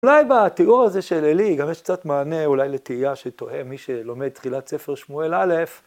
‫אולי בתיאור הזה של אלי, ‫גם יש קצת מענה אולי לתהייה ‫שתוהה מי שלומד ‫תחילת ספר שמואל א',